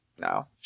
No